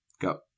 go